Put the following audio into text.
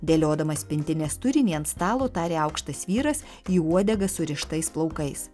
dėliodamas pintinės turinį ant stalo tarė aukštas vyras į uodegą surištais plaukais